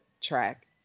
track